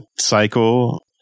cycle